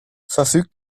verfügt